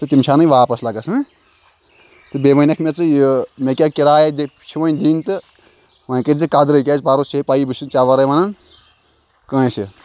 تہٕ تِم چھِ اَنٕنۍ واپَس لَگَس ہہ تہٕ بیٚیہِ وَنکھ مےٚ ژٕ یہِ مےٚ کیٛاہ کِراے دِ چھِ وۄنۍ دِنۍ تہٕ وۄنۍ کٔرۍ زِ قدرٕے کیٛازِ پَرُس چھے پَیی بہٕ چھُس نہٕ ژےٚ وَرٲے وَنان کٲنٛسہِ